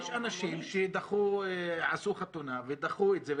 יש אנשים שעשו חתונה ודחו את זה.